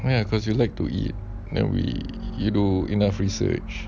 well ya because you like to eat then we do enough research